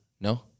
no